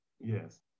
Yes